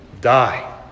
die